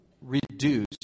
reduce